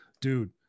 dude